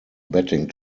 batting